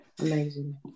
amazing